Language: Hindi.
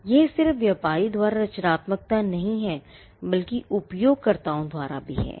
तो यह सिर्फ व्यापारी द्वारा रचनात्मकता नहीं है बल्कि उपयोगकर्ताओं द्वारा भी है